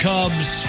Cubs